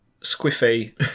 squiffy